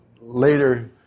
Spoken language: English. later